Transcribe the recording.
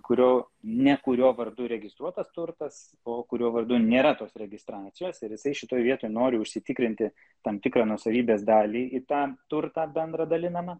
kurio ne kurio vardu registruotas turtas o kurio vardu nėra tos registracijos ir jisai šitoj vietoj nori užsitikrinti tam tikrą nuosavybės dalį į tą turtą bendrą dalinamą